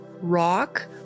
rock